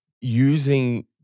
using